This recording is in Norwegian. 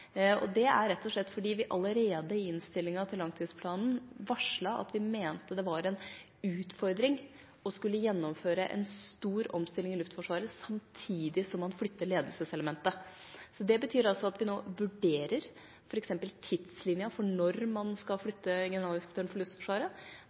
på. Det er rett og slett fordi vi allerede i innstillingen til langtidsplanen varslet at vi mente det var en utfordring å skulle gjennomføre en stor omstilling i Luftforsvaret samtidig som man flytter ledelseselementet. Det betyr altså at vi nå vurderer f.eks. tidslinja for når man skal